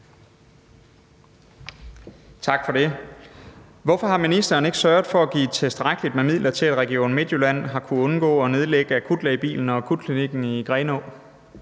(DF): Hvorfor har ministeren ikke sørget for at give tilstrækkeligt med midler til, at Region Midtjylland havde kunnet undgå at nedlægge akutlægebilen og akutklinikken i Grenå?